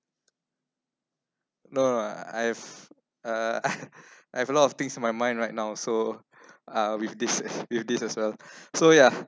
no lah I have uh I have a lot of things in my mind right now so uh with this with this as well so ya